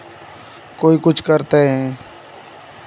कोई कुछ करते हैं